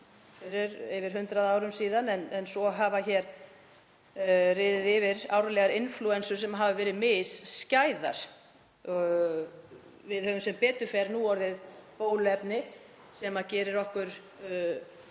fyrir meira en 100 árum síðan en svo hafa riðið yfir árlegar inflúensur sem hafa verið misskæðar. Við höfum sem betur fer núorðið bóluefni sem gerir okkur